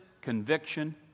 conviction